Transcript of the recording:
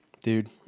dude